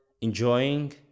enjoying